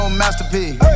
masterpiece